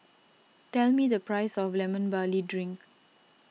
tell me the price of Lemon Barley Drink